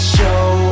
show